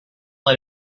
let